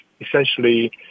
essentially